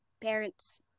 parents